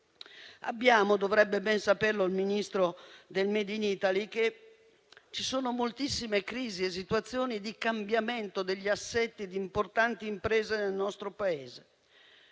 Dovrebbe ben sapere il Ministro delle imprese e del *made in Italy* che ci sono moltissime crisi e situazioni di cambiamento degli assetti di importanti imprese nel nostro Paese.